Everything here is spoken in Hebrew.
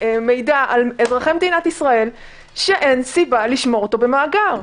מידע על אזרחי מדינת ישראל שאין סיבה לשמור אותו במאגר.